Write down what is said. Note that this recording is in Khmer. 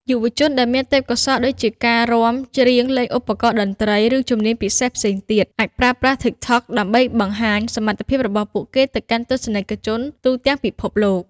យុវជនដែលមានទេពកោសល្យដូចជាការរាំ ច្រៀង លេងឧបករណ៍តន្ត្រី ឬជំនាញពិសេសផ្សេងទៀត អាចប្រើប្រាស់ TikTok ដើម្បីបង្ហាញសមត្ថភាពរបស់ពួកគេទៅកាន់ទស្សនិកជនទូទាំងពិភពលោក។